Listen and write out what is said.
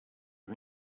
her